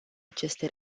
aceste